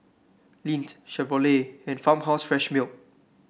Lindt Chevrolet and Farmhouse Fresh Milk